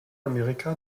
amerika